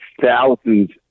thousands